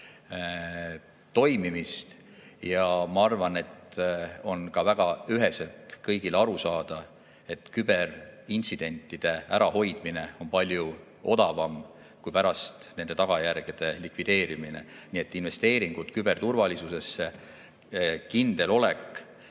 toimimist. Ma arvan, et on väga üheselt kõigile arusaadav, et küberintsidentide ärahoidmine on palju odavam kui pärast nende tagajärgede likvideerimine. Nii et investeeringud küberturvalisusesse, et oleks